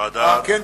אדוני היושב-ראש,